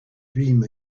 dream